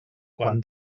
quan